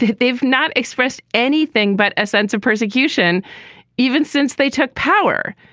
they've not expressed anything but a sense of persecution even since they took power.